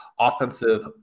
offensive